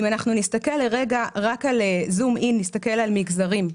אם נסתכל לרגע בזום-אין רק על מגזרים,